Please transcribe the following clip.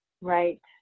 Right